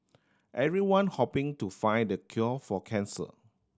everyone hoping to find the cure for cancer